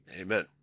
Amen